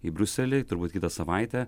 į briuselį turbūt kitą savaitę